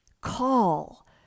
call